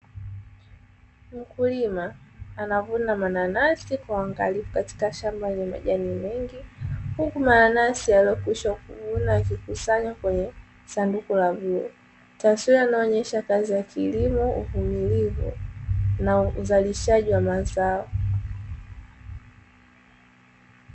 Mkulima anavuna mananasi kwa uangalifu katika shamba lenye majani mengi, huku mananasi aliyo kwisha kuvuna yakikusanywa kwenye sanduku la vioo, taswira inaonyesha kazi ya kilimo uvumilivu na uzalishaji wa mazao.